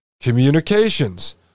communications